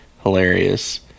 hilarious